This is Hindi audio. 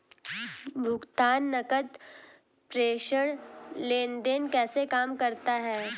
भुगतान नकद प्रेषण लेनदेन कैसे काम करता है?